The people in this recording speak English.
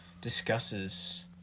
discusses